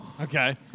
Okay